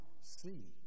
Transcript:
see